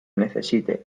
necesite